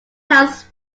house